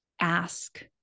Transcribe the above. ask